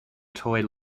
toy